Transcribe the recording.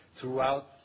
throughout